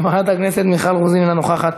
חברת הכנסת מיכל רוזין, אינה נוכחת,